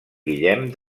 guillem